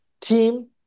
team